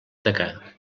tacar